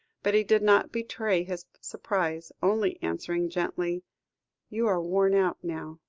but he did not betray his surprise, only answering gently you are worn out now.